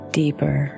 deeper